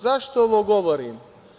Zašto ovo govorim?